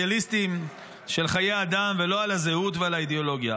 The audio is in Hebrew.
המטריאליסטיים של חיי אדם ולא על הזהות ועל האידיאולוגיה.